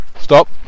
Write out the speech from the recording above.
Stop